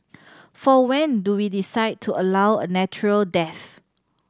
for when do we decide to allow a natural death